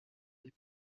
des